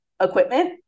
equipment